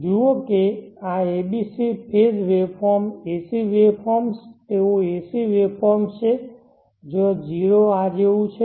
જુઓ કે આ a b c phase waveform AC waveforms તેઓ AC વેવફોર્મ્સ છે જ્યાં 0 આ જેવું છે